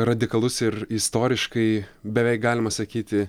radikalus ir istoriškai beveik galima sakyti